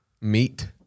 Meat